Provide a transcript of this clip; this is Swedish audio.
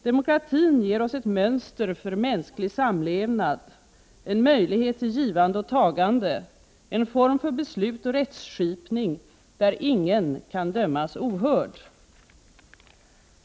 Demokratin ger oss ett mönster för mänsklig samlevnad, en möjlighet till givande och tagande, en form för beslut och rättsskipning där ingen kan dömas ohörd.